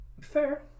Fair